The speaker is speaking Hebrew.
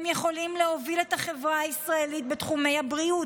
הם יכולים להוביל את החברה הישראלית בתחומי הבריאות,